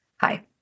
Hi